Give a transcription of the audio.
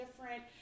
different